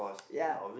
ya